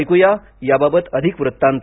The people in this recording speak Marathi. ऐकूया याबाबत अधिक वृत्तांत